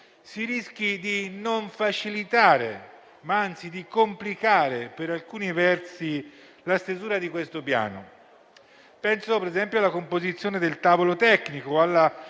si rischi di non facilitare, ma anzi di complicare per alcuni versi, la stesura del Piano. Penso - ad esempio - alla composizione del tavolo tecnico